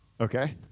Okay